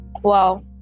wow